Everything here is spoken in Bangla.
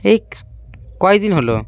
এই কদিন হলো